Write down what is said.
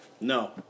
No